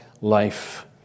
life